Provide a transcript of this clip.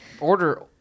order